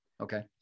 Okay